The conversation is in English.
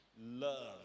Love